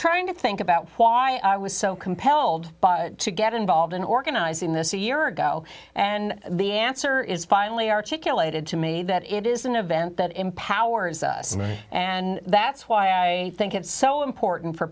trying to think about why i was so compelled to get involved in organizing this a year ago and the answer is finally articulated to me that it is an event that empowers us and that's why i think it's so important for